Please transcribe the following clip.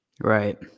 Right